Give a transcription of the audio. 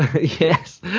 Yes